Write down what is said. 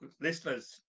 listeners